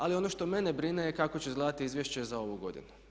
Ali ono što mene brine kako će izgledati izvješće za ovu godinu.